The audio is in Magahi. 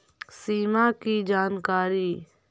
सिमा कि जानकारी?